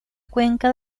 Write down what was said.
cuenca